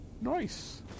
Nice